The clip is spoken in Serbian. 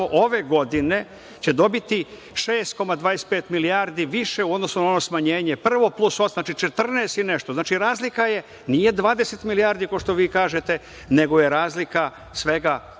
ove godine će dobiti 6,25 milijardi više u odnosu na ono prvo smanjenje plus, što znači 14 i nešto. Razlika nije 20 milijardi, kao što vi kažete, nego je razlika svega